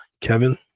Kevin